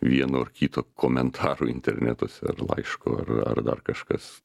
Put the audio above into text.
vieno ar kito komentaro internetuose ar laišku ar ar dar kažkas